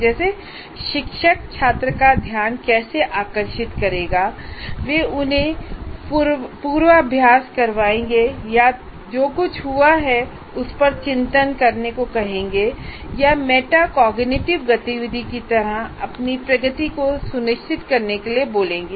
जैसे शिक्षक छात्र का ध्यान कैसे आकर्षित करेगा वे उन्हें कुछ पूर्वाभ्यास करवाएंगे या जो कुछ हुआ है उस पर चिंतन करेंगे या मेटाकोग्निटिव गतिविधि की तरह अपनी प्रगति को सुनिश्चित करने के लिए बोलेंगे